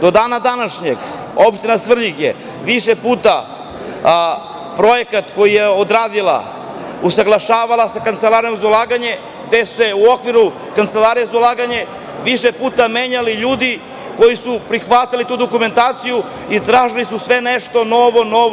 Do dana današnjeg Opština Svrljig je više puta projekat koji je odradila usaglašavala sa Kancelarijom za ulaganje, gde su se u okviru Kancelarije za ulaganje više puta menjali ljudi koji su prihvatali tu dokumentaciju i tražili su sve nešto novo i novo.